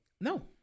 No